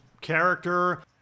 character